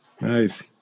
Nice